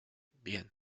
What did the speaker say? bien